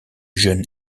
jeune